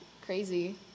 crazy